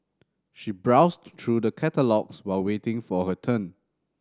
she browsed through the catalogues while waiting for her turn